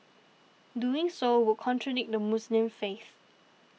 doing so would contradict the Muslim faith